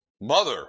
Mother